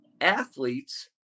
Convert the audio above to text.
athletes